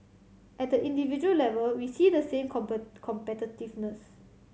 at the individual level we see the same competitiveness